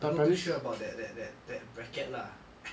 I'm not too sure about that that that that bracket lah